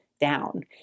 down